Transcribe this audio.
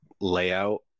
layout